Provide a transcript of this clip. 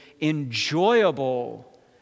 enjoyable